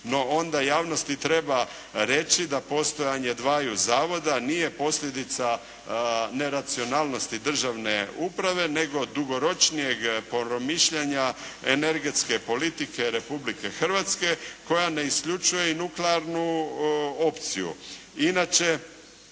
no onda javnosti treba reći da postojanje dvaju zavoda nije posljedica neracionalnosti državne uprave nego dugoročnijeg promišljanja energetske politike Republike Hrvatske koja ne isključuje i nuklearnu opciju. Inače,